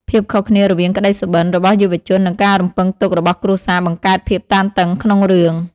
ភាពខុសគ្នារវាងក្តីសុបិន របស់យុវជននិងការរំពឹងទុករបស់គ្រួសារបង្កើតភាពតានតឹងក្នុងរឿង។